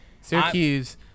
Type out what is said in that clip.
Syracuse